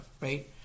right